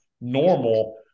normal